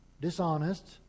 dishonest